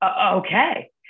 okay